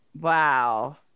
Wow